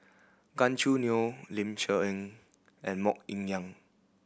Gan Choo Neo Ling Cher Eng and Mok Ying Jang